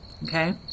Okay